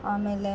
ಆಮೇಲೆ